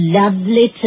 lovely